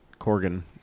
Corgan